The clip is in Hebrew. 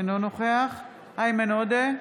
אינו נוכח איימן עודה,